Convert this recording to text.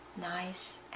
nice